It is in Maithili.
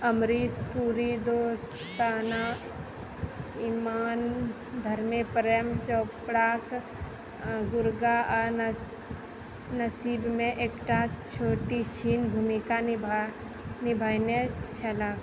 अमरीश पुरी दोस्ताना इमान धरममे प्रेम चोपड़ाके गुर्गा आ नसीबमे एकटा छोटछिन भूमिका निभा निभाएने छलाह